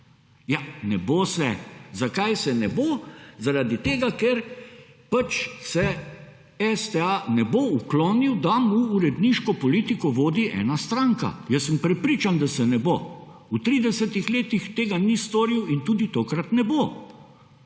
Ja, ne bo se. Zakaj se ne bo? Zaradi tega, ker pač se STA ne bo uklonil, da mu uredniško politiko vodi ena stranka. Jaz sem prepričan, da se ne bo. V 30. letih tega ni storil in tudi tokrat ne bo.